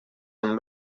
amb